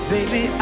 Baby